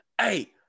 Hey